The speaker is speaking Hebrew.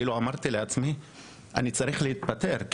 אמרתי לעצמי שאני צריך להתפטר,